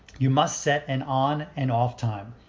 you must set an on and off time.